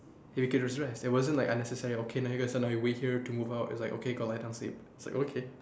and we can just rest it wasn't like unnecessary okay so now you wait here to move out it's like okay go lie down sleep okay